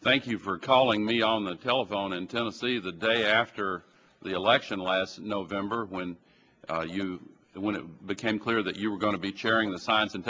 thank you for calling me on the telephone in tennessee the day after the election last november when you when it became clear that you were going to be chairing the science and